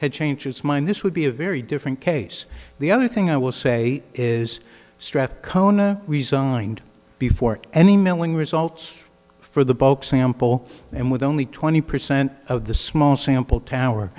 had changed his mind this would be a very different case the only thing i will say is strathcona resigned before any mailing results for the bulk sample and with only twenty percent of the small sample tower